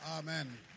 Amen